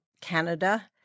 Canada